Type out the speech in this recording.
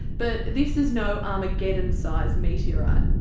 but this is no armageddon-sized meteorite.